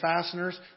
fasteners